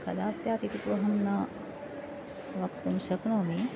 कदास्यात् इति तु अहं न वक्तुं शक्नोमि